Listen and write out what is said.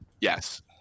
Yes